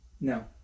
No